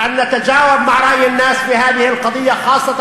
לשמוע את דעתם של האנשים ולמצוא אתם שפה משותפת,